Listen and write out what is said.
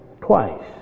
twice